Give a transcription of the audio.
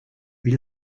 wie